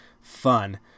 fun